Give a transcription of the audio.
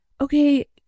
okay